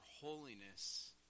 holiness